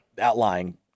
outlying